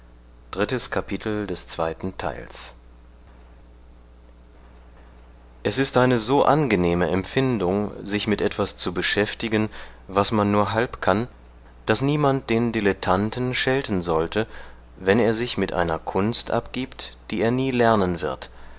es ist eine so angenehme empfindung sich mit etwas zu beschäftigen was man nur halb kann daß niemand den dilettanten schelten sollte wenn er sich mit einer kunst abgibt die er nie lernen wird